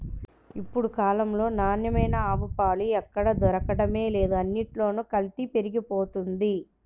ఇప్పుడు కాలంలో నాణ్యమైన ఆవు పాలు ఎక్కడ దొరకడమే లేదు, అన్నిట్లోనూ కల్తీ పెరిగిపోతంది